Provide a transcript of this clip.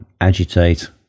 agitate